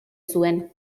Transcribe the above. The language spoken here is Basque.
zuen